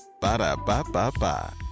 Ba-da-ba-ba-ba